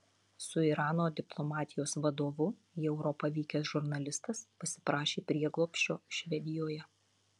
su irano diplomatijos vadovu į europą vykęs žurnalistas pasiprašė prieglobsčio švedijoje